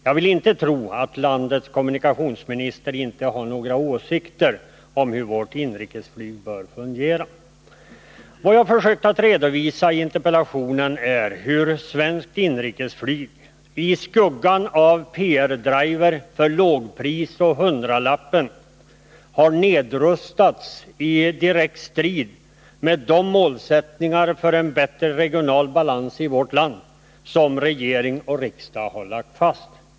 Jag vill inte tro att landets kommunikationsminister inte har några åsikter om hur vårt inrikesflyg bör fungera. Vad jag försökt redovisa i interpellationen är hur svenskt inrikesflyg, i skuggan av PR-driver för lågpris och ”hundralappen”, nedrustats i direkt strid med de målsättningar för en bättre regional balans i vårt land som regering och riksdag har lagt fast.